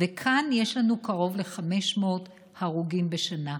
וכאן יש לנו קרוב ל-500 הרוגים בשנה.